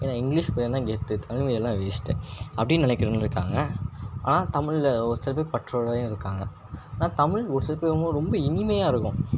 ஏன்னா English medium தான் கெத்து தமிழ் மீடியம்லாம் வேஸ்ட்டு அப்படின்னு நினைக்கிறவுங்களும் இருக்காங்கள் ஆனால் தமிழ்ல ஒரு சில பேர் பற்றோடையும் இருக்காங்கள் ஆனால் தமிழ் ஒரு சில பேர் ரொம்ப ரொம்ப இனிமையாக இருக்கும்